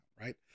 right